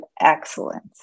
excellence